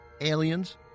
aliens